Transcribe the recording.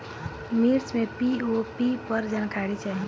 मिर्च मे पी.ओ.पी पर जानकारी चाही?